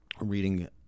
reading